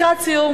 לקראת סיום